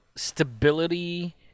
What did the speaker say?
Stability